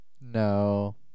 No